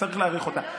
וצריך להעריך אותה.